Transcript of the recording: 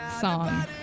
song